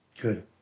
Good